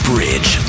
Bridge